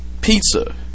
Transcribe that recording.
pizza